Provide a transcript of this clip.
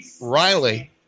Riley